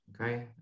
Okay